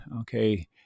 Okay